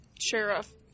Sheriff